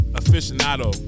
aficionado